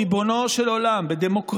חבר הכנסת רם בן ברק,